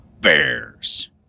Bears